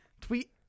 Tweet